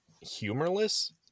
humorless